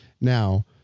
Now